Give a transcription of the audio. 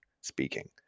speaking